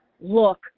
Look